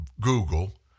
Google